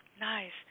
Nice